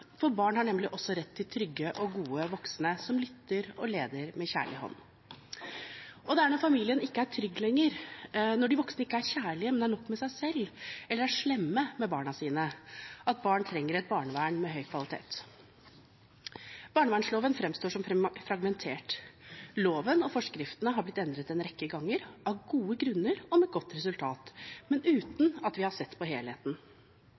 for barn har nemlig også rett til trygge og gode voksne, som lytter og leder med kjærlig hånd. Det er når familien ikke er trygg lenger, når de voksne ikke er kjærlige, men har nok med seg selv eller er slemme med barna sine, at barn trenger et barnevern med høy kvalitet. Barnevernloven framstår som fragmentert. Loven og forskriftene har blitt endret en rekke ganger – av gode grunner og med godt resultat, men uten at vi har sett på helheten.